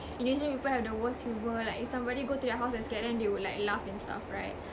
when usually people have the worst humour like if somebody go to their house and scare them they would like laugh and stuff right